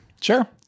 Sure